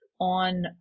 on